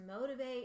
motivate